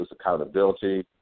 accountability